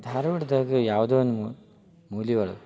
ಧಾರವಾಡದಾಗ ಯಾವುದೇ ಒಂದು ಮೂಲೆ ಒಳಗೆ